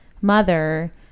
mother